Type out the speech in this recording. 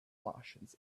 martians